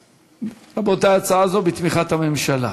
רבותי, ההצעה הזו בתמיכת הממשלה.